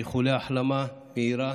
איחולי החלמה מהירה,